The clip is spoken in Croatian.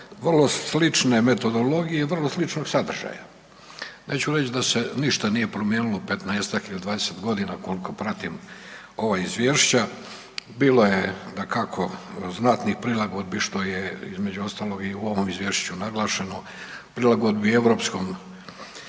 vrlo slične metodologije, vrlo sličnog sadržaja. Neću reći da se ništa nije promijenilo u 15-tak, ili 20 godina koliko pratim ova izvješća, bilo je dakako znatnih prilagodbi što je između ostalog i u ovom izvješću naglašeno, prilagodbi europskom,